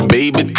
Baby